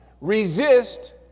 Resist